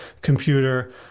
computer